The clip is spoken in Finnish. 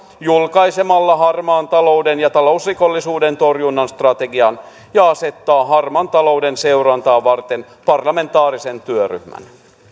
julkaisemalla harmaan talouden ja talousrikollisuuden torjunnan strategian ja asettaa harmaan talouden seurantaa varten parlamentaarisen työryhmän